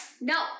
no